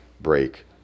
break